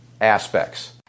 aspects